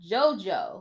JoJo